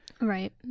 Right